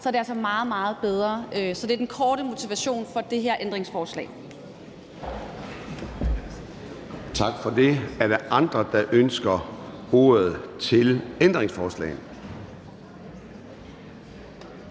er det altså meget, meget bedre. Det er den korte motivation for det her ændringsforslag. Kl. 10:13 Formanden (Søren Gade): Tak for det. Er der andre, der ønsker ordet til ændringsforslagene?